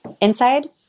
inside